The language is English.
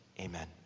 Amen